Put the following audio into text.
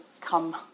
come